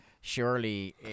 Surely